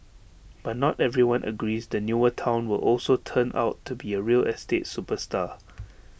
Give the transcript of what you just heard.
but not everyone agrees the newer Town will also turn out to be A real estate superstar